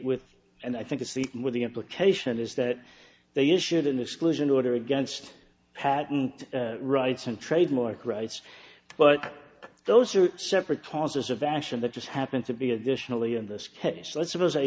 with and i think you see with the implication is that they issued an exclusion order against patent rights and trademark rights but those are separate causes of action that just happened to be additionally in this case let's suppose i